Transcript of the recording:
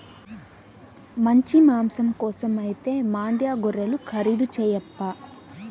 మంచి మాంసం కోసమైతే మాండ్యా గొర్రెలు ఖరీదు చేయప్పా